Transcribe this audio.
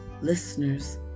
Listeners